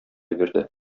бирде